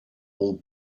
more